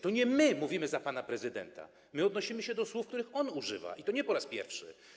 To nie my mówimy za pana prezydenta, my odnosimy się do słów, których on używa, i to nie po raz pierwszy.